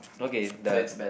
okay the